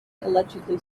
allegedly